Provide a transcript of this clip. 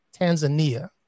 Tanzania